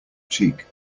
cheek